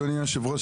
אדוני יושב הראש,